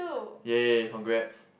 ya congrats